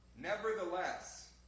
Nevertheless